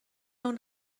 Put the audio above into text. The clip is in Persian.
اون